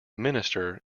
minister